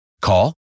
Call